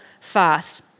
fast